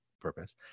purpose